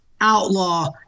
Outlaw